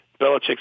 Belichick